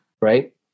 Right